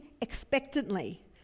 expectantly